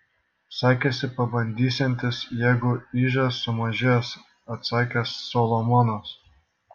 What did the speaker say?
sakėsi pabandysiantis jeigu ižas sumažės atsakė solomonas